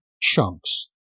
chunks